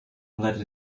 let